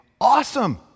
awesome